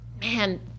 man